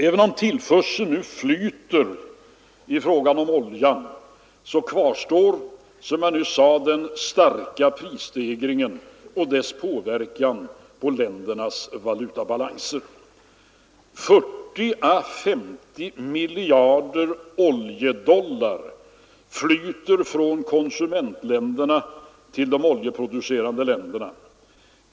Även om tillförseln av olja nu flyter, kvarstår som jag sade den starka prisstegringen och dess inverkan på ländernas valutabalanser. 40 å 50 miljarder oljedollar flyter från konsumentländerna till de oljeproducerande länderna.